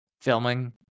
filming